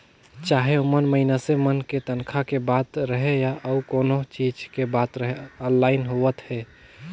चाहे ओमन मइनसे मन के तनखा के बात रहें या अउ कोनो चीच के बात रहे आनलाईन होवत हे